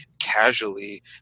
casually